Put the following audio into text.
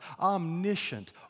omniscient